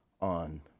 on